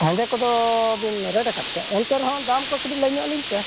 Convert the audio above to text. ᱦᱮᱸᱫᱮ ᱠᱚᱫᱚ ᱵᱤᱱ ᱨᱮᱹᱴ ᱠᱟᱫ ᱠᱚᱣᱟ ᱮᱱᱛᱮ ᱨᱮᱦᱚᱸ ᱫᱟᱢ ᱠᱚ ᱠᱟᱹᱴᱤᱡ ᱞᱟᱹᱭ ᱧᱚᱜ ᱟᱹᱞᱤᱧ ᱯᱮ